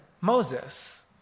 Moses